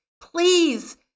please